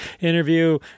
interview